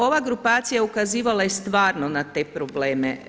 Ova grupacija ukazivala je stvarno na te probleme.